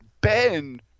Ben